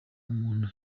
umuntu